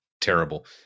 terrible